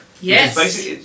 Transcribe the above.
Yes